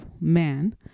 man